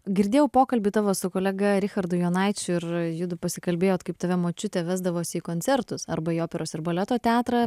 girdėjau pokalbį tavo su kolega richardu jonaičiu ir judu pasikalbėjot kaip tave močiutė vesdavosi į koncertus arba į operos ir baleto teatrą